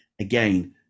Again